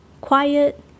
quiet